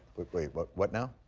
wait, but what now?